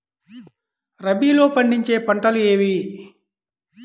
రబీలో పండించే పంటలు ఏవి?